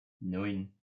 neun